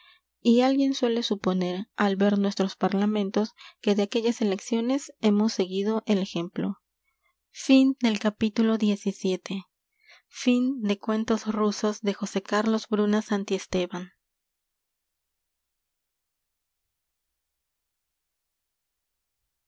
y alguien suele suponer al ver nuestros parlamentos que de aquellas elecciones hemos seguido el ejemplo m i e